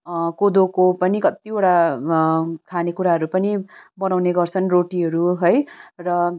कोदोको पनि कत्तिवटा खानेकुराहरू पनि बनाउने गर्छन् रोटीहरू है र